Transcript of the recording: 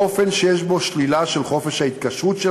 באופן שיש בו שלילה של חופש ההתקשרות של